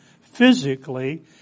physically